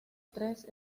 tres